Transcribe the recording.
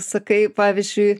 sakai pavyzdžiui